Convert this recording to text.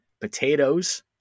potatoes